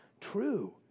true